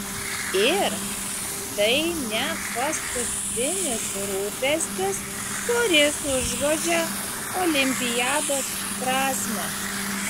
ir tai ne paskutinis rūpestis kuris užgožia olimpiados prasmę